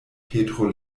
petro